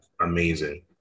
amazing